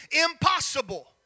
impossible